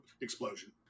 explosion